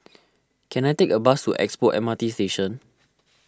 can I take a bus to Expo M R T Station